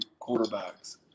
quarterbacks